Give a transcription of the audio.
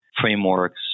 frameworks